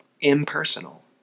impersonal